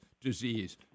disease